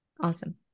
Awesome